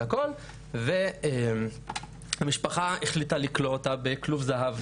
הכל והמשפחה החליטה לכלוא אותה ב"כלוב זהב",